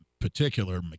particular